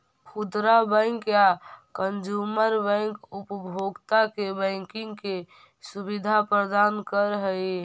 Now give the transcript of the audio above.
खुदरा बैंक या consumer bank उपभोक्ता के बैंकिंग के सुविधा प्रदान करऽ हइ